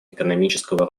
экономического